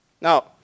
Now